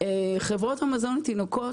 חברות המזון לתינוקות,